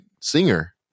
singer